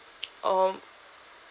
um